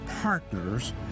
partners